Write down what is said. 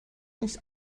nicht